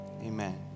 amen